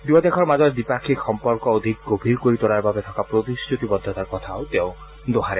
দুয়ো দেশৰ মাজৰ দ্বিপাক্ষিক সম্পৰ্ক অধিক গভীৰ কৰি তোলাৰ বাবে থকা প্ৰতিশ্ৰুতিবদ্ধতাৰ কথাও তেওঁ দোহাৰে